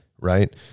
Right